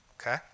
Okay